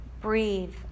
Breathe